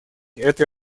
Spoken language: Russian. этой